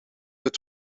het